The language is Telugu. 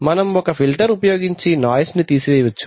మనము ఒక ఫిల్టర్ ఉపయోగించి నాయిస్ ను తీసేయవచ్చు